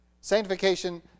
Sanctification